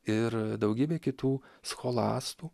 ir daugybė kitų scholastų